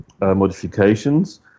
modifications